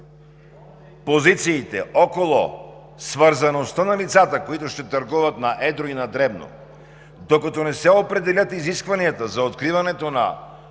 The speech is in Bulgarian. позициите около свързаността на лицата, които ще търгуват на едро и на дребно, докато не се определят изискванията за откриването на